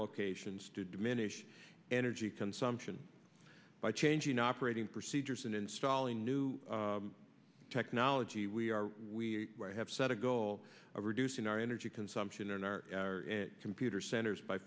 locations to diminish energy consumption by changing operating procedures and installing new technology we are we have set a goal of reducing our energy consumption in our computer centers by